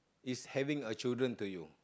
is having a children to you